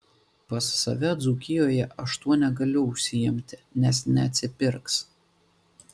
pas save dzūkijoje aš tuo negaliu užsiimti nes neatsipirks